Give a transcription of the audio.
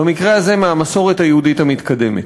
במקרה הזה מהמסורת היהודית המתקדמת.